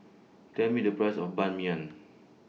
Tell Me The Price of Ban Mian